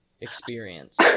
experience